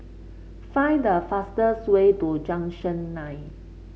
find the fastest way to Junction Nine